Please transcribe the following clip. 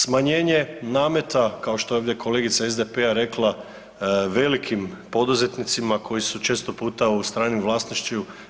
Smanjenje nameta kao što je ovdje kolegica SDP-a rekla velikim poduzetnicima koji su često puta u stranom vlasništvu.